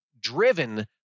driven